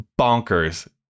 bonkers